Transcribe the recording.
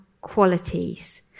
qualities